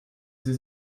sie